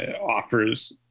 offers